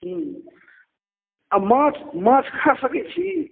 हुँ आओर माछ माछ खा सकै छी